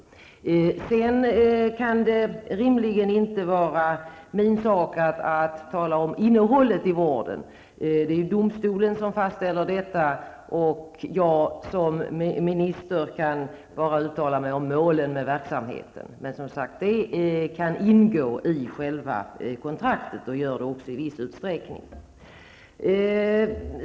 Sedan kan det rimligen inte vara min sak att tala om innehållet i vården. Det är domstolen som fastställer detta, och jag som minister kan bara uttala mig om målen med verksamheten. Men det kan alltså ingå i själva kontraktet och gör det också i viss utsträckning.